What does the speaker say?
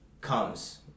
comes